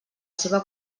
seva